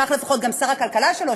כך לפחות שר הכלכלה שלו,